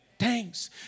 thanks